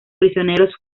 prisioneros